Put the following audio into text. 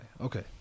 Okay